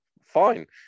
fine